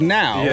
now